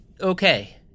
okay